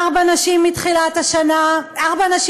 ארבע נשים מתחילת השבוע.